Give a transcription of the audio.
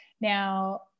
Now